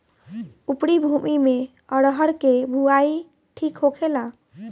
उपरी भूमी में अरहर के बुआई ठीक होखेला?